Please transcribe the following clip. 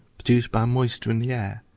produced by moisture in the air,